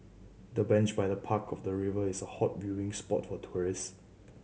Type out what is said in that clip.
the bench by the park of the river is a hot viewing spot for tourists